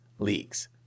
leagues